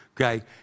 Okay